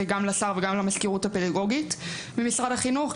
גם לשר וגם למזכירות הפדגוגית במשרד החינוך,